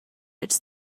its